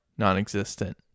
non-existent